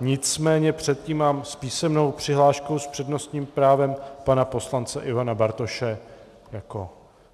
Nicméně předtím mám s písemnou přihláškou s přednostním právem pana poslance Ivana Bartoše jako